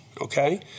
okay